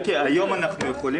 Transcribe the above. אני אומר עוד פעם: אנחנו פשוט חלוקים